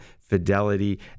Fidelity